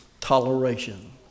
toleration